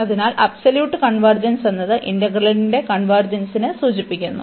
അതിനാൽ absolute convergence എന്നത് ഇന്റഗ്രലിന്റെ കൺവെർജെൻസിനെ സൂചിപ്പിക്കുന്നു